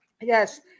Yes